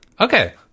okay